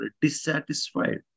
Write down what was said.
dissatisfied